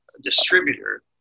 distributor